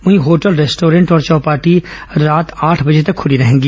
वहीं hotel restaurant और चौपाटी रात आठ बजे तक खुली रहेंगी